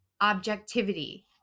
objectivity